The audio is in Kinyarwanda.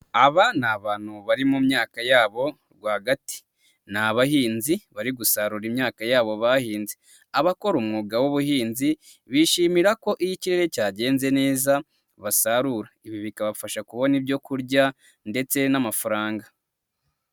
Aba ni abantu bari mu myaka yabo rwagati, ni abahinzi bari gusarura imyaka yabo bahinze, abakora umwuga w'ubuhinzi, bishimira ko iyo ikirere cyagenze neza basarura, ibi bikabafasha kubona ibyo kurya ndetse n'amafaranga.